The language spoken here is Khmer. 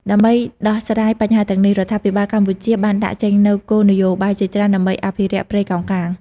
ដើម្បីដោះស្រាយបញ្ហាទាំងនេះ រដ្ឋាភិបាលកម្ពុជាបានដាក់ចេញនូវគោលនយោបាយជាច្រើនដើម្បីអភិរក្សព្រៃកោងកាង។